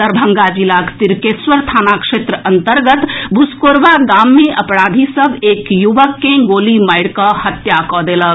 दरभंगा जिलाक तिरकेश्वर थाना क्षेत्र अन्तर्गत भूसकोरबा गाम मे अपराधी सभ एक युवक के गोली मारि कऽ हत्या कऽ देलक